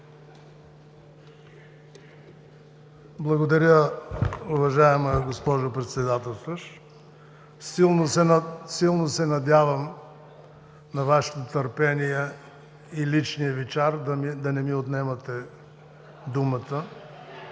Благодаря, уважаема госпожо Председател. Силно се надявам на Вашето търпение и личния Ви чар да не ми отнемете думата. (Шум